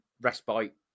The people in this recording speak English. respite